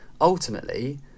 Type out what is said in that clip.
ultimately